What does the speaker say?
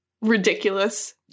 ridiculous